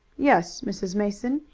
yes, mrs. mason,